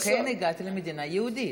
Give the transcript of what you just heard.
שכן הגעתי למדינה יהודית.